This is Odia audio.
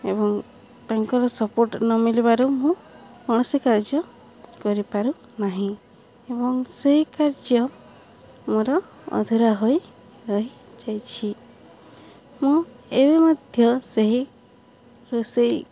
ଏବଂ ତାଙ୍କର ସପୋର୍ଟ ନ ମିଳିବାରୁ ମୁଁ କୌଣସି କାର୍ଯ୍ୟ କରିପାରୁ ନାହିଁ ଏବଂ ସେହି କାର୍ଯ୍ୟ ମୋର ଅଧୁରା ହୋଇ ରହିଯାଇଛି ମୁଁ ଏବେ ମଧ୍ୟ ସେହି ରୋଷେଇ